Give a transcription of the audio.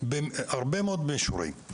בהרבה מאוד מישורים,